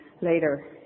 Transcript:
later